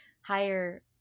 higher